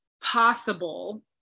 possible